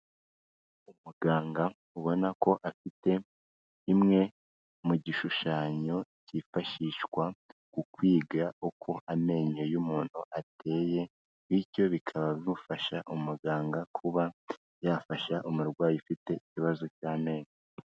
Umuganga ubona ko afite imwe mu gishushanyo cyifashishwa ku kwiga uko amenyo y'umuntu ateye, bityo bikaba bimufasha umuganga kuba yafasha umurwayi ufite ikibazo cy'amenyo.